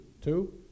Two